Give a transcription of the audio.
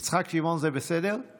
יצחק שמעון זה בסדר?